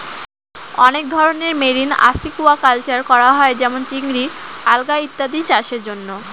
অনেক ধরনের marine aquaculture করা হয় যেমন চিংড়ি, আলগা ইত্যাদি চাষের জন্য